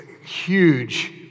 huge